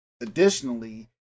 additionally